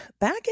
back